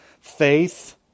faith